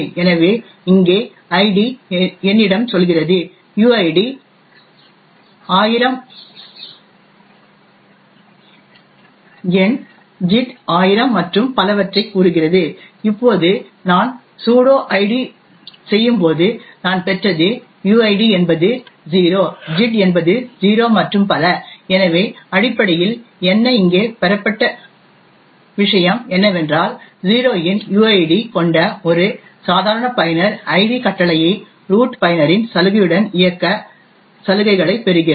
எனவே இங்கே ஐடி என்னிடம் சொல்கிறது யுஐடி 1000 என் ஜிட் 1000 மற்றும் பலவற்றைக் கூறுகிறது இப்போது நான் சூடோ ஐடி செய்யும்போது நான் பெற்றது யுஐடிஎன்பது 0 ஜிட் என்பது 0 மற்றும் பல எனவே அடிப்படையில் என்ன இங்கே பெறப்பட்ட விஷயம் என்னவென்றால் 0 இன் யுஐடி கொண்ட ஒரு சாதாரண பயனர் ஐடி கட்டளையை ரூட் பயனரின் சலுகையுடன் இயக்க சலுகைகளைப் பெறுகிறார்